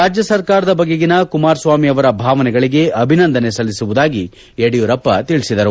ರಾಜ್ಯ ಸರ್ಕಾರದ ಬಗೆಗಿನ ಕುಮಾರಸ್ವಾಮಿ ಅವರ ಭಾವನೆಗಳಿಗೆ ಅಭಿನಂದನೆ ಸಲ್ಲಿಸುವುದಾಗಿ ಯಡಿಯೂರಪ್ಪ ತಿಳಿಸಿದರು